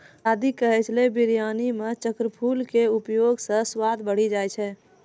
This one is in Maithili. दादी कहै छेलै बिरयानी मॅ चक्रफूल के उपयोग स स्वाद बढ़ी जाय छै